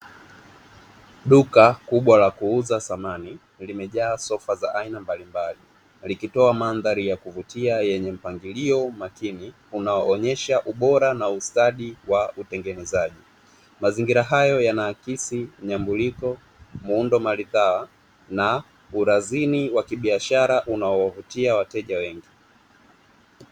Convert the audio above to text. Duka kubwa la kuuza samani, limejaa sofa za aina mbalimbali likitoa mandhari ya kuvutia yenye mpangilio makini unao onyesha ubora na ustadi wa utengenezaji, mazingira hayo yana akisi mnyambuliko, muundo maridhawa na urazini wa kibiashara unao wavutia wateja wengi.